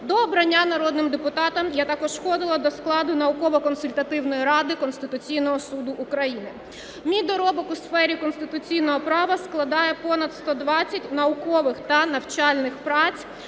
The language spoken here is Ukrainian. До обрання народним депутатом я також входила до складу Науково-консультативної ради Конституційного Суду України. Мій доробок у сфері конституційного права складає понад 120 наукових та навчальних праць,